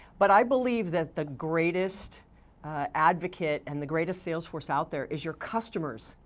but i believe that the greatest advocate and the greatest sales force out there is your customers.